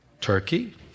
Turkey